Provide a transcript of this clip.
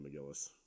McGillis